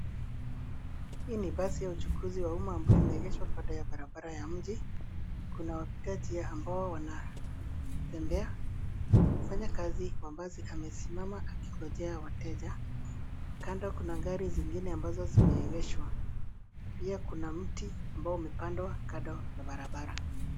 Hii ni basi ya uchukuzi waumma yenye imeegeshwa kando ya barabara. Kuna wakaaji ambao wanatmebea. Mfanyakazi kiongozi amesimama akingoja wateja. Kando kuna gari zingine ambazo zimeegeshwa. Pia kuna mti ambao umepandwa kando ya barabara.